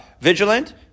vigilant